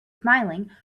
smiling